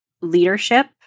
leadership